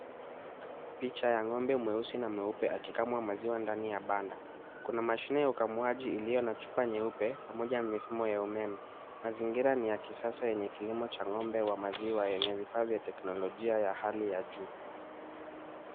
Picha ya ng'ombe mweusi na mweupe akikamwa maziwa ndani ya banda. Kuna mashine ya ukamuaji iliyo na chupa nyeupe pamoja na mifumo ya umeme. Mazinira ni ya kisasa yenye kilimo cha ng'ombe wa maziwa yenye vifaa vya teknolojia ya hali ya juu.